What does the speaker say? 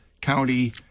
County